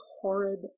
horrid